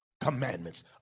commandments